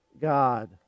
God